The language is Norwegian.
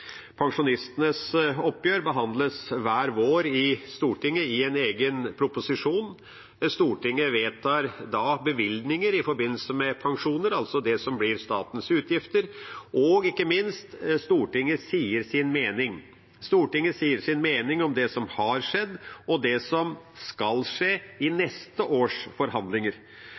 Pensjonistenes oppgjør behandles hver vår i Stortinget i en egen proposisjon. Stortinget vedtar da bevilgninger i forbindelse med pensjoner, altså det som blir statens utgifter. Og ikke minst: Stortinget sier sin mening. Stortinget sier sin mening om det som har skjedd, og det som skal skje i neste års forhandlinger.